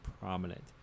prominent